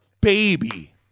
baby